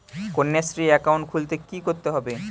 Kanyashree account খুলতে কী করতে হবে?